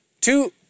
Two